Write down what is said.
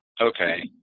Okay